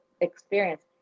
experience